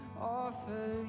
offer